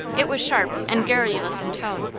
it was sharp and garrulous in tone,